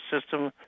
system